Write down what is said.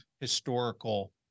historical